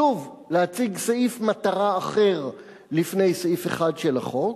שוב להציג סעיף מטרה אחר לפני סעיף 1 של החוק: